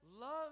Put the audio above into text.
love